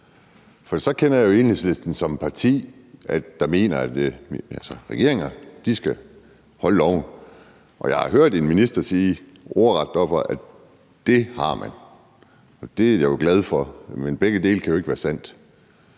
For jeg kender jo Enhedslisten som et parti, der mener, at regeringer skal holde loven, og jeg har hørt en minister sige ordret heroppefra, at det har man gjort. Det er jeg jo glad for, men begge dele kan ikke være sandt.